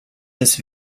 this